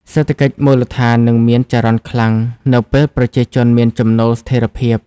សេដ្ឋកិច្ចមូលដ្ឋាននឹងមានចរន្តខ្លាំងនៅពេលប្រជាជនមានចំណូលស្ថិរភាព។